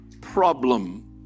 problem